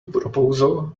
proposal